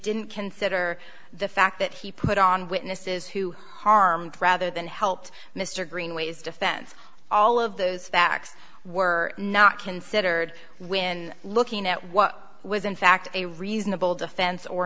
didn't consider the fact that he put on witnesses who harmed rather than helped mr greenways defense all of those facts were not considered when looking at what was in fact a reasonable defense or